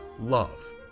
love